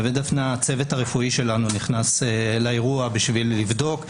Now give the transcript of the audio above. בבית דפנה הצוות הרפואי שלנו נכנס לאירוע בשביל לבדוק.